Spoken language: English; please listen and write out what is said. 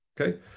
Okay